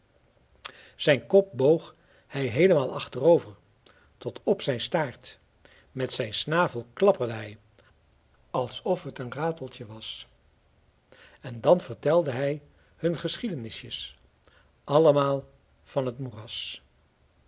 zijn kop boog hij heelemaal achterover tot op zijn staart met zijn snavel klapperde hij alsof het een rateltje was en dan vertelde hij hun geschiedenisjes allemaal van het moeras